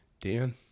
Dan